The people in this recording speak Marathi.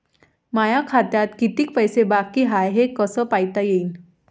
माया खात्यात कितीक पैसे बाकी हाय हे कस पायता येईन?